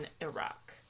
Iraq